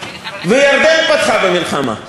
וירדן פתחה במלחמה,